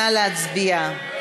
נא להצביע.